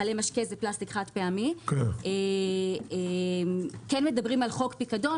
מכלי משקה זה פלסטיק חד פעמי - כן מדברים על חוק פיקדון